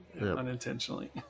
unintentionally